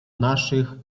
naszych